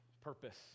purpose